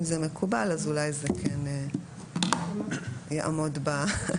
אם זה מקובל אז אולי זה כן יעמוד --- טוב,